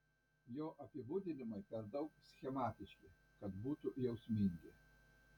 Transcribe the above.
jo apibūdinimai per daug schematiški kad būtų jausmingi